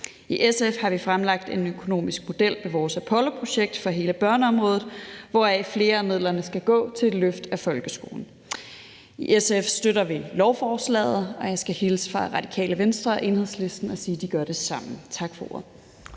I SF har vi fremlagt en økonomisk model med vores Apollo-program for hele børneområdet, hvor flere af midlerne skal gå til et løft af folkeskolen. I SF støtter vi lovforslaget, og jeg skal hilse fra Radikale Venstre og Enhedslisten og sige, at de gør det samme. Tak for ordet.